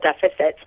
deficits